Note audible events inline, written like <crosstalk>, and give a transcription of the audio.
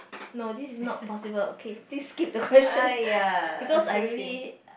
no this is not possible okay please skip the question <breath> because I really